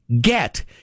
get